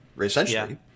essentially